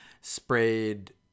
sprayed